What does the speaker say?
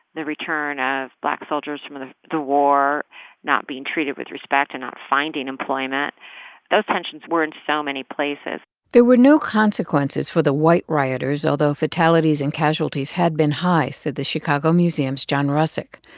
the return of black soldiers from the the war not being treated with respect and not finding employment those tensions were in so many places there were no consequences for the white rioters, although fatalities and casualties had been high, said the chicago museum's john russick.